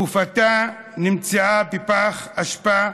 גופתה נמצאה בפח אשפה.